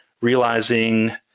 realizing